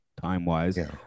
time-wise